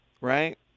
right